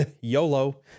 YOLO